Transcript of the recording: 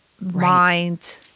mind